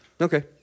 Okay